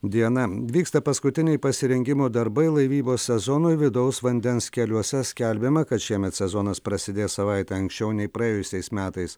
diena vyksta paskutiniai pasirengimo darbai laivybos sezonui vidaus vandens keliuose skelbiama kad šiemet sezonas prasidės savaite anksčiau nei praėjusiais metais